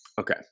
Okay